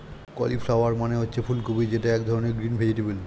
cauliflower মানে হচ্ছে ফুলকপি যেটা এক ধরনের গ্রিন ভেজিটেবল